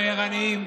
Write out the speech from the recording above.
אז אנחנו ערניים,